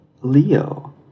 Leo